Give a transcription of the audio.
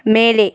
மேலே